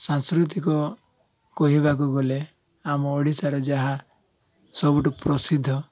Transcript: ସାଂସ୍କୃତିକ କହିବାକୁ ଗଲେ ଆମ ଓଡ଼ିଶାର ଯାହା ସବୁଠୁ ପ୍ରସିଦ୍ଧ